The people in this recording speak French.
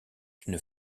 d’une